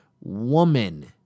woman